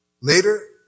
Later